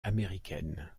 américaine